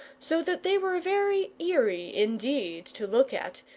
so that they were very eerie indeed to look at,